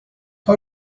how